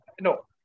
No